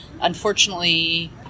unfortunately